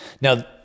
Now